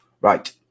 right